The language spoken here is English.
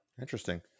Interesting